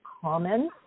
common